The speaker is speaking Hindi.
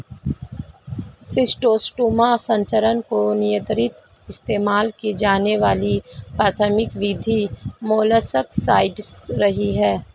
शिस्टोस्टोमा संचरण को नियंत्रित इस्तेमाल की जाने वाली प्राथमिक विधि मोलस्कसाइड्स रही है